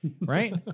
right